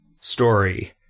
story